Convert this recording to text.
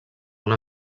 una